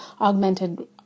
augmented